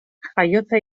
jaiotza